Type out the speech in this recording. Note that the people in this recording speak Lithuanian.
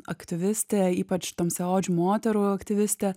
aktyvistė ypač tamsiaodžių moterų aktyvistė